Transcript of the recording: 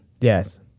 Yes